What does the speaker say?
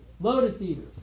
Lotus-eaters